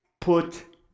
put